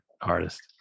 artist